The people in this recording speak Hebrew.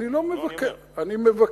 אני לא מבקר, אני מבקש.